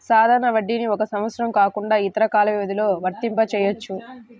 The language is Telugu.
సాధారణ వడ్డీని ఒక సంవత్సరం కాకుండా ఇతర కాల వ్యవధిలో వర్తింపజెయ్యొచ్చు